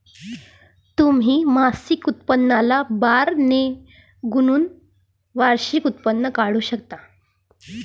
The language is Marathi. तुम्ही मासिक उत्पन्नाला बारा ने गुणून वार्षिक उत्पन्न काढू शकता